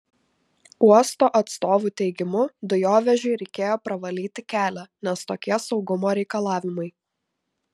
uosto atstovų teigimu dujovežiui reikėjo pravalyti kelią nes tokie saugumo reikalavimai